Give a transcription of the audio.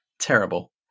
Terrible